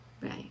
Right